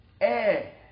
air